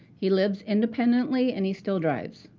he lives independently and he still drives.